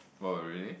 oh really